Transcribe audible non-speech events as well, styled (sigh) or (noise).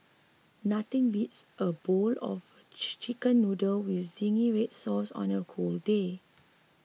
nothing beats a bowl of (unintelligible) Chicken Noodles with Zingy Red Sauce on a cold day